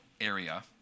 area